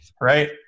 right